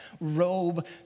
robe